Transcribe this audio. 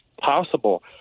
possible